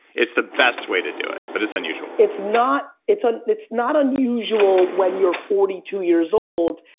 it's the best way to do it, but it's unusual it's not. it's ah it's not unusual when you're forty two years old,